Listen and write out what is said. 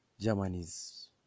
germany's